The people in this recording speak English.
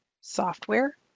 software